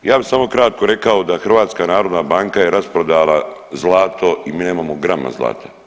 Ja bi samo kratko rekao da HNB je rasprodala zlato i mi nemamo grama zlata.